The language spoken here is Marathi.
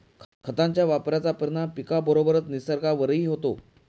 खतांच्या वापराचा परिणाम पिकाबरोबरच निसर्गावरही होतो